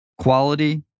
quality